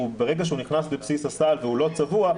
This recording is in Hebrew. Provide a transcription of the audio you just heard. ברגע שהוא נכנס לבסיס הסל והוא לא צבוע,